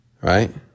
Right